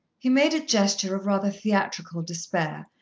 he made a gesture of rather theatrical despair,